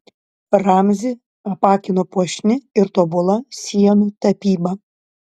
ramzį apakino puošni ir tobula sienų tapyba